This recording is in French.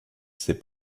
ses